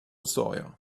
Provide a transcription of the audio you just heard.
sawyer